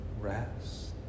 rest